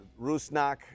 Rusnak